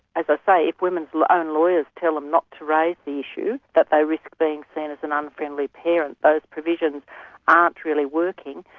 i but say, if women's own lawyers tell them not to raise the issue, that they risk being seen as an um unfriendly parent, those provisions aren't really working.